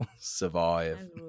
Survive